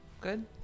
Good